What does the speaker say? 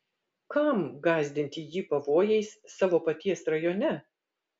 kam gąsdinti jį pavojais savo paties rajone